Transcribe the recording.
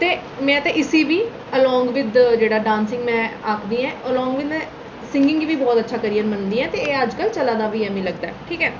ते में ते इसी बी अलांग विद जेह्ड़ा डांसिंग में आखदी आं अलांग विद में सींगिग बी बहुत अच्छी करियै मनदी आं ते अजकल जेह्ड़ा चलै दा बी ऐ मिगी लगदा ऐ ठीक ऐ